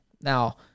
Now